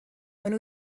ond